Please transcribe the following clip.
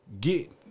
get